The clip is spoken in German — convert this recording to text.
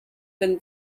bin